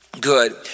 Good